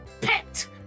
pet